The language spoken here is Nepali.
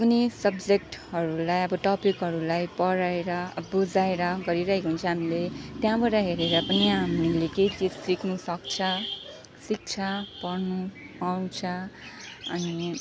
कुनै सब्जेक्टहरूलाई अब टपिकहरूलाई पढाएर बुझाएर गरिरहेको हुन्छ हामीले त्यहाँबाट हेरेर पनि हामीले केही चिज सिक्नु सक्छ सिक्छ पढ्नु पाउँछ अनि